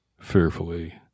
fearfully